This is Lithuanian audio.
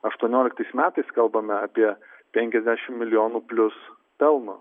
aštuonioliktais metais kalbame apie penkiasdešimt milijonų plius pelno